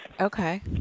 okay